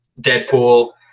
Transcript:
Deadpool